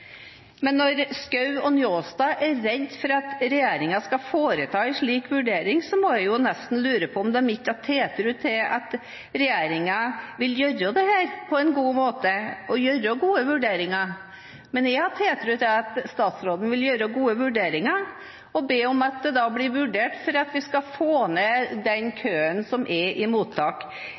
Men når Schou og Njåstad er redd for at regjeringen skal foreta en slik vurdering, må jeg nesten lure på om de ikke har tiltro til at regjeringen vil gjøre dette på en god måte, og gjøre gode vurderinger. Jeg har tiltro til at statsråden vil gjøre gode vurderinger, og ber om at det blir vurdert for at vi skal få ned den køen som er i mottak.